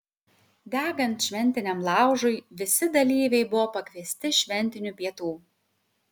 degant šventiniam laužui visi dalyviai buvo pakviesti šventinių pietų